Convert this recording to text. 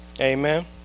Amen